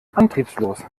antriebslos